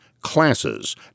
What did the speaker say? classes